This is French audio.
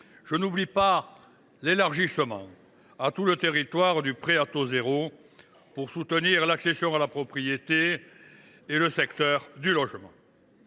Je n’oublie pas l’élargissement à tout le territoire du prêt à taux zéro, qui permettra de soutenir l’accession à la propriété et le secteur du logement.